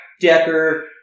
Decker